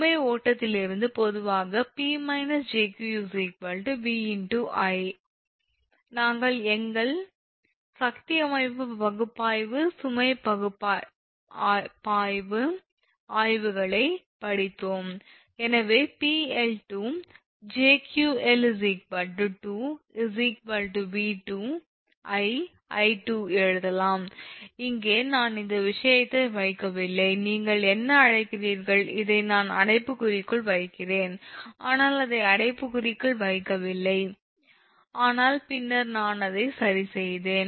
சுமை ஓட்டத்தில் இருந்து பொதுவாக 𝑃 − 𝑗𝑄 𝑉 ∗ 𝑖 நாங்கள் எங்கள் சக்தி அமைப்பு பகுப்பாய்வு சுமை பாய்வு ஆய்வுகளைப் படித்தோம் எனவே 𝑃𝐿2 𝑗𝑄𝐿 2 𝑉2 𝑖 𝑖2 எழுதலாம் இங்கே நான் இந்த விஷயத்தை வைக்கவில்லை நீங்கள் என்ன அழைக்கிறீர்கள் இதை நான் அடைப்புக்குறிக்குள் வைக்கிறேன் ஆனால் அதை அடைப்புக்குறிக்குள் வைக்கவில்லை ஆனால் பின்னர் நான் அதை சரி செய்தேன்